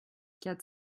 quatre